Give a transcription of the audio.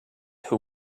who